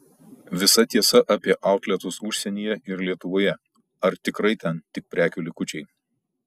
visa tiesa apie outletus užsienyje ir lietuvoje ar tikrai ten tik prekių likučiai